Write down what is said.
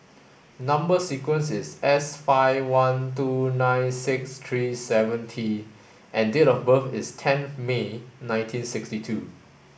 number sequence is S five one two nine six three seven T and date of birth is tenth May nineteen sixty two